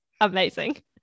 amazing